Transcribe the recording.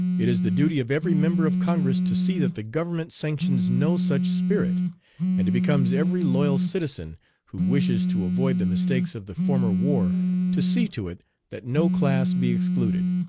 it is the duty of every member of congress to see that the government sanctions no such spirit and it becomes every loyal citizen who wishes to avoid the mistakes of the former war to see to it that no class be excluded,